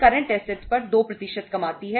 और एसेट पर 12 कमाती है